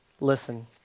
listen